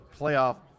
playoff